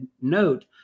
note